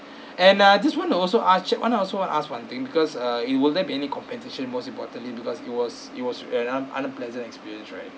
and ah just want to also ask che~ want to also ask one thing because uh it will there be any compensation most importantly because it was it was an un~ unpleasant experience right